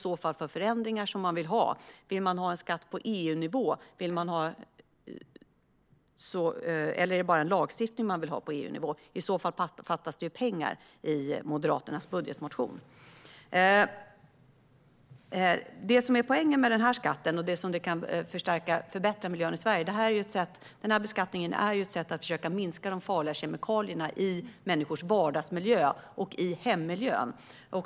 Vill man ha en skatt på EU-nivå, eller är det bara en lagstiftning man vill ha på EU-nivå? I så fall fattas det pengar i Moderaternas budgetmotion. Den här beskattningen är ett sätt att försöka minska de farliga kemikalierna i människors vardagsmiljö och i hemmiljön.